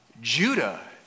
Judah